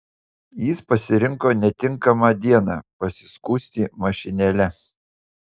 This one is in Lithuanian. jis pasirinko netinkamą dieną pasiskųsti mašinėle